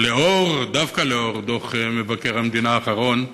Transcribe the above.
דווקא לאור דוח מבקר המדינה האחרון,